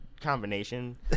combination